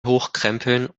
hochkrempeln